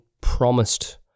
promised